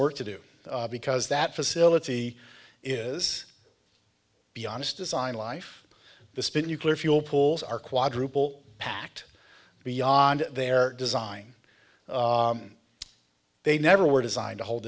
work to do because that facility is beyond its design life the spin nuclear fuel pools are quadruple packed beyond their design they never were designed to hold